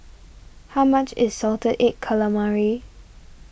how much is Salted Egg Calamari